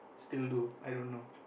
still do I don't know